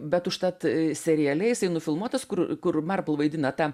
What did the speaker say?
bet užtat seriale jisai nufilmuotas kur kur marpl vaidina tą